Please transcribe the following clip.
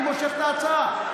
אני מושך את ההצעה.